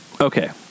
okay